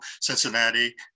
Cincinnati